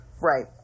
Right